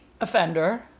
offender